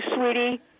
sweetie